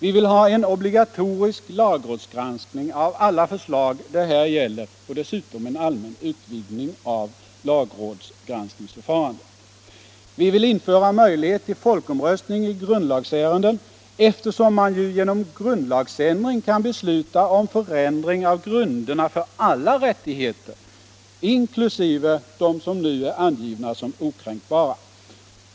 Vi vill ha obligatorisk lagrådsgranskning av alla förslag det här gäller och dessutom en allmän utvidgning av lagrådsgranskningen. Vi vill införa möjlighet till folkomröstning i grundlagsärenden, eftersom man genom grundlagsändring ju kan besluta om förändring av grunderna för alla rättigheter, inkl. dem som nu är angivna som okränkbara.